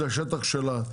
זה השטח שלה,